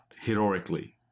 heroically